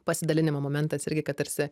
pasidalinimo momentas irgi kad tarsi